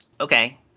Okay